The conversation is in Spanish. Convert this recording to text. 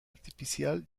artificial